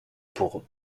pour